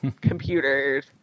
computers